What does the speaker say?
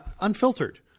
unfiltered